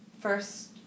first